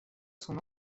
son